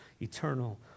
eternal